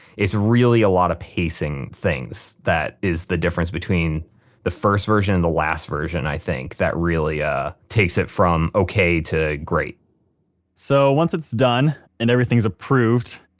really a lot of pacing things that is the difference between the first version and the last version i think that really ah takes it from ok, to great so once it's done, and everything's approved